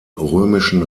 römischen